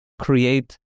create